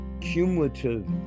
cumulative